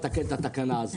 לתקן את התקנה הזו.